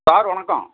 sir வணக்கம்